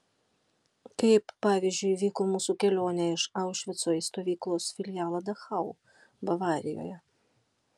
kaip pavyzdžiui vyko mūsų kelionė iš aušvico į stovyklos filialą dachau bavarijoje